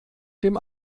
dem